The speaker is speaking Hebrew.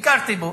ביקרתי בו.